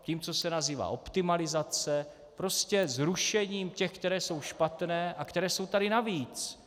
Tím, co se nazývá optimalizace, prostě zrušením těch, které jsou špatné a které jsou tady navíc.